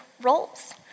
roles